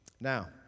Now